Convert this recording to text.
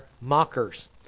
mockers